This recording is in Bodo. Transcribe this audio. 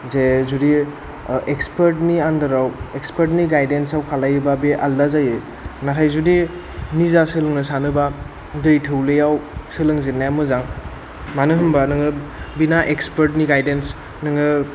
जे जुदि एक्सपोर्ट नि आन्दाराव एक्सपोर्ट नि गायडेन्साव खालायोबा बे आलदा जायो नाथाय जुदि निजा सोलोंनो सानोबा दै थौलेयाव सोलोंजेननाया मोजां मानोहोमबा नोङो बिना एक्सपोर्ट नि गायदेन्स नोङो